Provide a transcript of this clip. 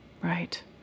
Right